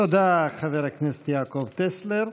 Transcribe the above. תודה, חבר הכנסת יעקב טסלר.